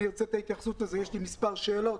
אני חושב